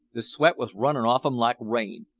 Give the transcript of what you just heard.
the sweat was runnin' off him like rain.